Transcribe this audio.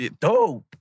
Dope